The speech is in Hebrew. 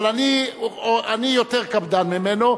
אבל אני יותר קפדן ממנו,